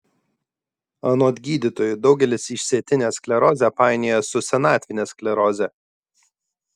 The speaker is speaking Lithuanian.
anot gydytojų daugelis išsėtinę sklerozę painioja su senatvine skleroze